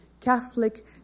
Catholic